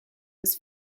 was